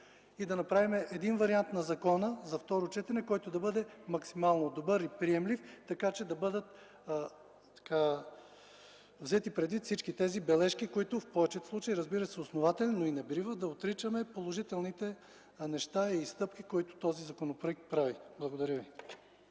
и да направим вариант на закона за второ четене, който да бъде максимално добър и приемлив, така че да бъдат взети предвид всички тези бележки, които в повечето случаи, разбира се, са основателни. Но и не бива да отричаме положителните неща и стъпки, които този законопроект прави. Благодаря Ви.